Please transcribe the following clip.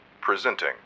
presenting